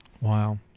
Wow